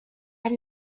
had